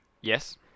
Yes